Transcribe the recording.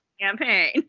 campaign